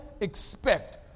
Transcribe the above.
expect